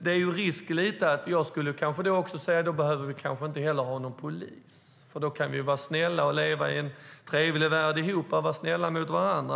Då finns det en liten risk att jag säger att vi inte heller behöver någon polis, för vi kan alla vara snälla mot varandra och leva i en trevlig värld tillsammans.